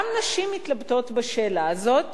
גם נשים מתלבטות בשאלה הזאת.